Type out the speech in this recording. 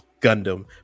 gundam